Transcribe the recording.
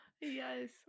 Yes